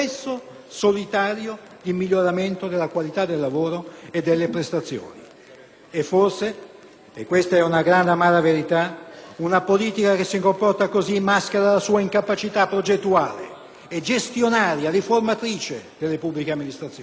solitario per il miglioramento della qualità del lavoro e delle prestazioni. E forse - e questa è una grande ed amara verità - una politica che si comporta così maschera la sua incapacità progettuale, gestionale e riformatrice delle pubbliche amministrazioni.